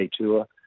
Tour